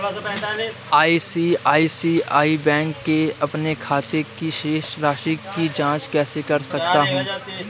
मैं ICICI bank के अपने खाते की शेष राशि की जाँच कैसे कर सकता हूँ?